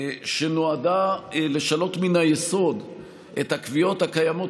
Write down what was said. שנועדה לשנות מן היסוד את הקביעות הקיימות